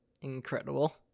Incredible